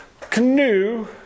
canoe